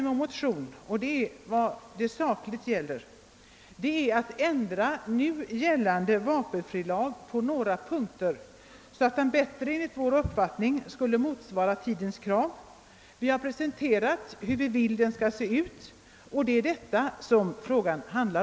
I övrigt vill jag framhålla att vår motions sakliga syfte är att få till stånd ändringar i nu gällande vapenfrilag på några punkter, så att den enligt vår uppfattning bättre skulle motsvara tidens krav. Vi har presenterat vår syn på hur lagen bör utformas, och det är detta som frågan gäller.